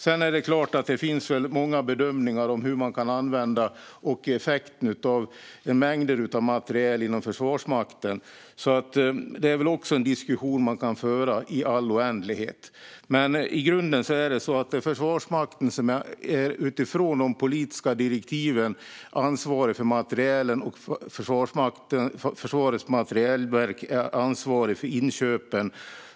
Det är klart att det finns många bedömningar av hur man kan använda mängder av materiel inom Försvarsmakten och effekterna av detta. Det är också en diskussion man kan föra i all oändlighet. Men i grunden är det Försvarsmakten som utifrån de politiska direktiven ansvarar för materielen, och Försvarets materielverk ansvarar för inköpen.